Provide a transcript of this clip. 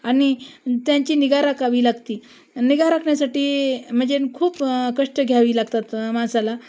आनि त्यांची निगा राखावी लागते निगा राखण्यासाठी म्हणजे खूप कष्ट घ्यावे लागतात माणसाला